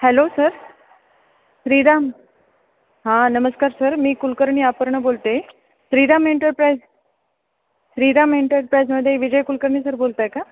hello sir Shriram हां नमस्कार sir मी कुलकर्णी अपर्णा बोलते श्रीराम एंटरप्राईज श्रीराम एंटरप्राइजमध्ये विजय कुलकर्नी सर बोलत आहे का